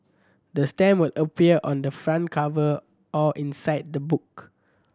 the stamp will appear on the front cover or inside the book